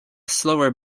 slower